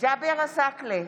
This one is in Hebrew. ג'אבר עסאקלה,